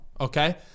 Okay